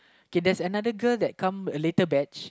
K there's another girl that come a later batch